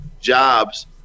jobs